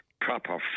proper